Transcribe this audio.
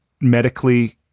medically